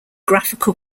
graphical